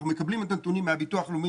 אנחנו מקבלים את הנתונים מביטוח לאומי